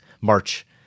March